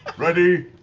ready?